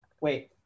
wait